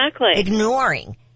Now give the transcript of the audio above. ignoring